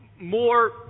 more